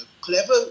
clever